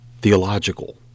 theological